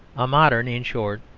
a modern, in short,